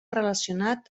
relacionat